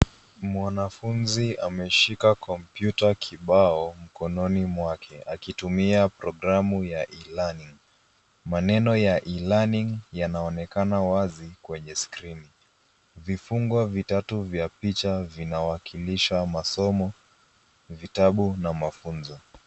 Mwanafunzi ameshika kompyuta kibao mkononi mwake, akitumia programu ya e-learning . Maneno ya e-learning yanaonekana wazi kwenye skirini. Vifungo vitatu vya picha viwakilisha masomo, vitabu, na mafunzo.